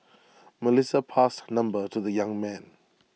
Melissa passed her number to the young man